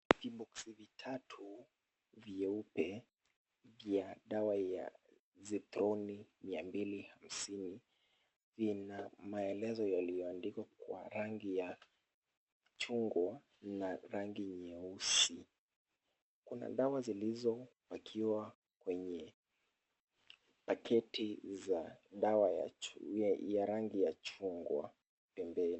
Kiboksi vitatu vyeupe vya dawa ya Zithroni-250, vina maelezo yaliyoandi kwa rangi ya chungwa na rangi nyeusi. Kuna dawa zilizopakiwa kwenye paketi za dawa ya rangi za chungwa pembeni.